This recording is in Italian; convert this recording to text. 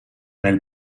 nel